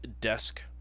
desk